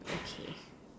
okay